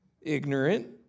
Ignorant